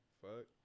fuck